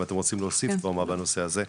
אם אתם רוצים להוסיף דבר מה בנושא הזה?